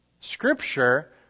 scripture